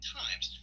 times